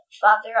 Father